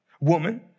Woman